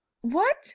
What